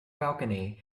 balcony